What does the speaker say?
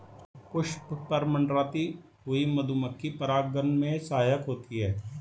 पुष्प पर मंडराती हुई मधुमक्खी परागन में सहायक होती है